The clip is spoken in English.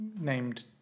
named